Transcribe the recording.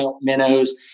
minnows